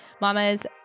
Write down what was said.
mamas